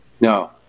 No